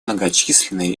многочисленные